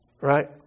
right